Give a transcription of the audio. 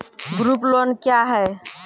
Group loan क्या है?